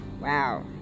wow